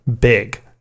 big